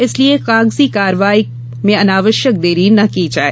इसलिए कागजी कार्यवाही में अनावश्यक देरी न की जाए